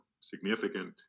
significant